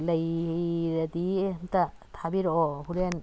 ꯂꯩꯔꯗꯤ ꯑꯝꯇ ꯊꯥꯕꯤꯔꯛꯑꯣ ꯍꯣꯔꯦꯟ